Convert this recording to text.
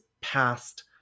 past